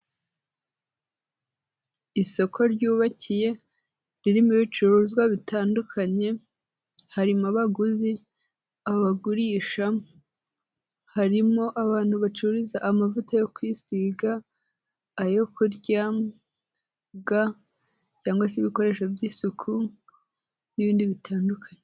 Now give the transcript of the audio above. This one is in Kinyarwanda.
Isoko ryubakiye, ririmo ibicuruzwa bitandukanye, harimo abaguzi, abagurisha, harimo abantu bacuruza amavuta yo kwisiga, ayo kurya, ga cyangwa se ibikoresho by'isuku n'ibindi bitandukanye.